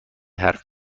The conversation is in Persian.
حرف